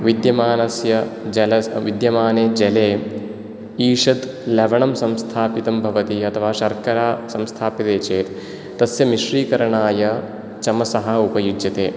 विद्यमानस्य जलस् विद्यमाने जले ईशत् लवणं संस्थापितं भवति अथवा शर्करा संस्थाप्यते चेत् तस्य मिश्रीकरणाय चमसः उपयुज्यते